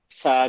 sa